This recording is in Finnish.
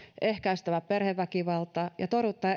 ehkäistävä perheväkivaltaa ja torjuttava